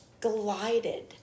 glided